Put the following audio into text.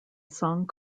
song